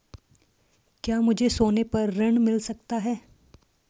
क्या मुझे सोने पर ऋण मिल सकता है?